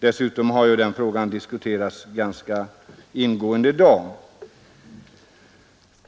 Dessutom har frågan diskuterats ganska ingående i dag.